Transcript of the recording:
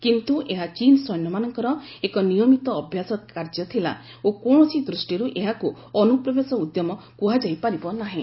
କିନ୍ତୁ ଏହା ଚୀନ ସୈନ୍ୟମାନଙ୍କର ଏକ ନିୟମିତ ଅଭ୍ୟାସ କାର୍ଯ୍ୟ ଥିଲା ଓ କୌଣସି ଦୃଷ୍ଟିରୁ ଏହାକୁ ଅନୁପ୍ରବେଶ ଉଦ୍ୟମ କୁହାଯାଇ ପାରିବ ନାହିଁ